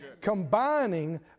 combining